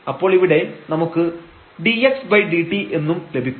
അപ്പോൾ ഇവിടെ നമുക്ക് dxdt എന്നും ലഭിക്കും